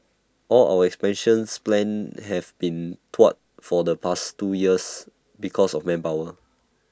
all our expansions plans have been thwarted for the past two years because of manpower